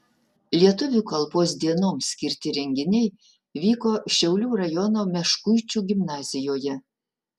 lietuvių kalbos dienoms skirti renginiai vyko šiaulių rajono meškuičių gimnazijoje